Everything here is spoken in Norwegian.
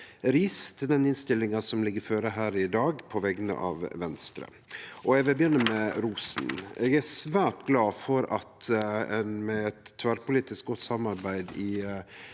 ris til den innstillinga som ligg føre her i dag, på vegner av Venstre. Eg vil begynne med rosen. Eg er svært glad for at ein med eit tverrpolitisk godt samarbeid i